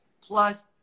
plus